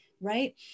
right